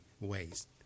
ways